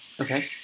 Okay